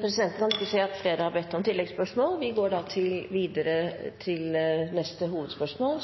Presidenten kan ikke se at flere har bedt om oppfølgingsspørsmål. Vi går da videre til neste hovedspørsmål.